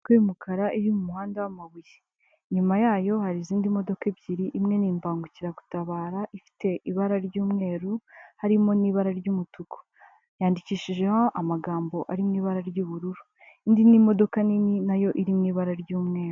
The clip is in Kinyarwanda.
Imodoka y'umukara iri mu muhanda w'amabuye, inyuma yayo hari izindi modoka ebyiri imwe ni imbangukiragutabara ifite ibara ry'umweru harimo n'ibara ry'umutuku. Yandikishijeho amagambo ari mu ibara ry'ubururu, indi ni imodoka nini na yo iri mu ibara ry'umweru.